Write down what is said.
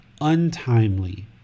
untimely